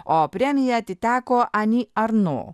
o premija atiteko ani arno